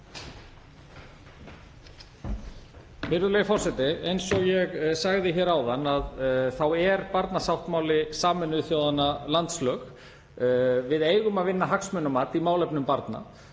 Virðulegi forseti. Eins og ég sagði hér áðan þá er barnasáttmáli Sameinuðu þjóðanna landslög. Við eigum að vinna hagsmunamat í málefnum barna.